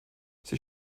sie